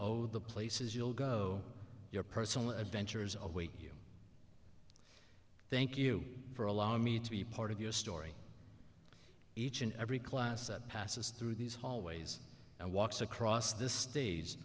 oh the places you'll go your personal adventures await you thank you for allowing me to be part of your story each and every class that passes through these hallways and walks across the stage